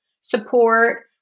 support